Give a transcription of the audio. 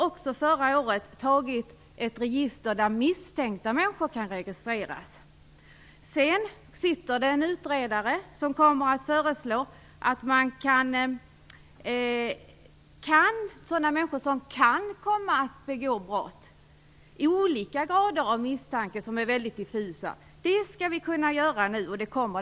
Men förra året godkände vi ett register där misstänkta människor kan registreras. Sedan sitter det en utredare som kommer att föreslå att man skall kunna registrera sådana människor som kan komma att begå brott. Det handlar om olika grader av misstanke, och det hela är väldigt diffust. En sådan proposition är nu på gång.